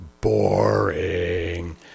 boring